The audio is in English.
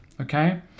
Okay